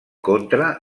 contra